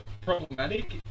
problematic